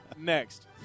Next